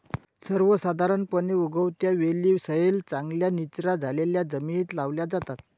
सर्वसाधारणपणे, उगवत्या वेली सैल, चांगल्या निचरा झालेल्या जमिनीत लावल्या जातात